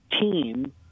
team